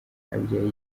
abyaye